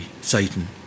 Satan